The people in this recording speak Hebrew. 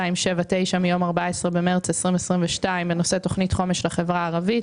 1279 מיום 14 במרץ 2022 בנושא תוכנית חומש לחברה הערבית.